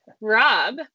Rob